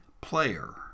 player